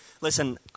Listen